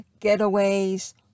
getaways